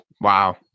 Wow